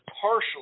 partially